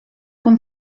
con